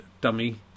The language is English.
dummy